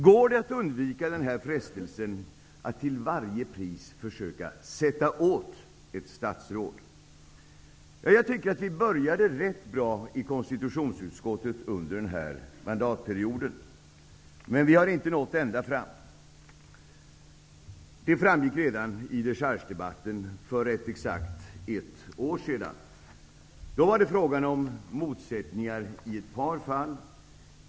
Går det att undvika frestelsen att till varje pris försöka sätta åt ett statsråd? Ja, jag tycker att vi började rätt bra i konstitutionsutskottet under denna mandatperiod. Men vi har inte nått ända fram. Det framgick redan i dechargedebatten för exakt ett år sedan. Då var det fråga om motsättningar i ett par fall.